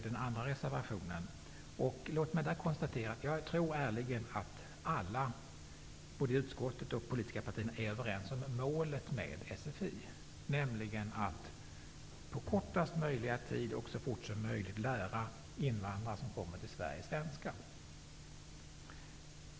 Den andra reservationen gäller svenska för invandrare. Jag tror ärligen att alla -- både i utskottet och i de politiska partierna -- är överens om att målet med SFI är att på kortaste möjliga tid och så fort som möjligt lära de invandrare som kommer till Sverige det svenska språket.